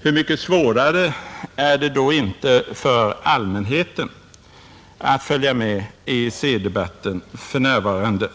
Hur mycket svårare är det då inte för allmänheten att följa med i EEC-debatten för närvarande.